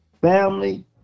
Family